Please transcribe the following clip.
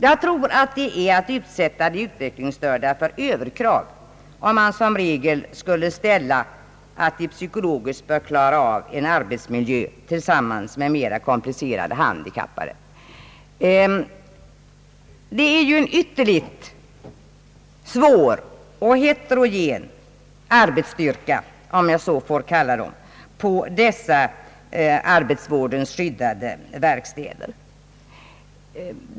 Jag tror att det är att utsätta utvecklingsstörda för överkrav om man som regel skulle kräva att de psykologiskt skulle klara av en arbetsmiljö tillsammans med mera komplicerade handikappade. Det är ju en utomordentligt svår och heterogen arbetsstyrka, om jag så får kalla det, på dessa arbetsvårdens skyddade verkstäder.